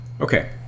Okay